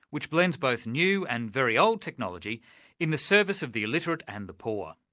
which blends both new and very old technology in the service of the illiterate and the poor.